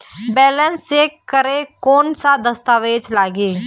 Balance check करें कोन सा दस्तावेज लगी?